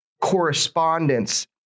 correspondence